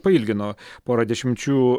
pailgino pora dešimčių